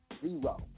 zero